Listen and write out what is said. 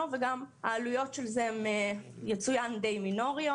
וגם העלויות של זה הן די מינוריות.